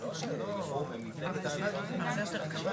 הממשלה שהחילה